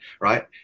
right